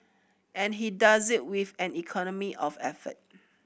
and he does this with an economy of effort